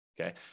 okay